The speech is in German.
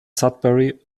sudbury